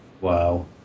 Wow